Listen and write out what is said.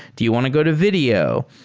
do you want to go to video?